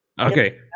Okay